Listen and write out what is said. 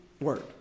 word